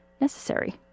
necessary